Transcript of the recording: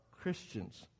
Christians